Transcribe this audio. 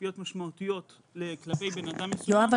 כספיות משמעותיות כלפי בן אדם מסוים --- יואב,